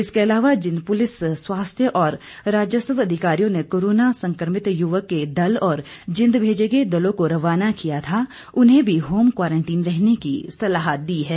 इसके अलावा जिन पुलिस स्वास्थ्य और राजस्व अधिकारियों ने कोरोना संक्रमित युवक के दल और जिंद भेजे गए दलों को रवाना किया गया था उन्हें भी होम क्वारंटीन रहने की सलाह दी है